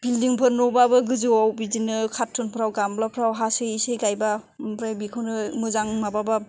building फोर न'बाबो गोजौआव बिदिनो कार्त'न फोराव गामब्लाफोराव हा सोयै सोयै गायोबा ओमफ्राय बेखौनो मोजां माबाबा